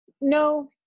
No